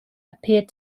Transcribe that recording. appeared